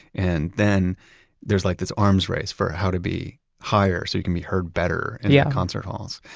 and then there's like this arms race for how to be higher so you can be heard better in yeah concert halls.